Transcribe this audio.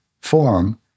form